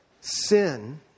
Sin